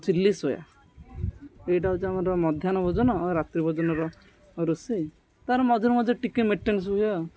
chilli soya ଏଇଟା ହେଉଛି ଆମର ମଧ୍ୟାହ୍ନ ଭୋଜନ ଆଉ ରାତ୍ରି ଭୋଜନର ରୋଷେଇ ତାର ମଝିରେ ମଝିରେ ଟିକେ ହୁଏ ଆଉ